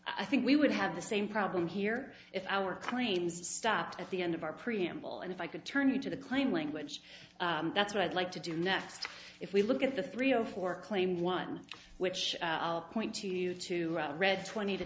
i think we would have the same problem here if our claims stopped at the end of our preamble and if i could turn you to the claim language that's what i'd like to do next if we look at the three or four claimed one which point to you to read twenty to